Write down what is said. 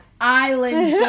Island